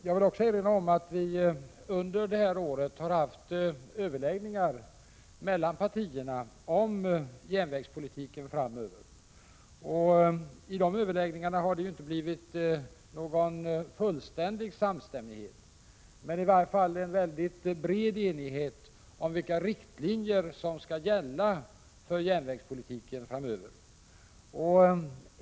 Jag vill också erinra om att vi under detta år har haft överläggningar mellan partierna om järnvägspolitiken framöver. I de överläggningarna har det inte blivit någon fullständig samstämmighet. Men det har i vart fall blivit en bred 81 enighet om vilka riktlinjer som skall gälla för järnvägspolitiken framöver.